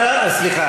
סליחה,